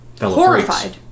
horrified